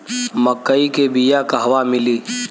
मक्कई के बिया क़हवा मिली?